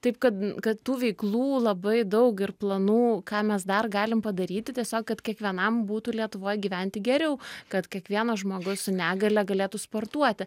taip kad kad tų veiklų labai daug ir planų ką mes dar galim padaryti tiesiog kad kiekvienam būtų lietuvoj gyventi geriau kad kiekvienas žmogus su negalia galėtų sportuoti